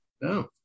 No